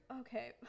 okay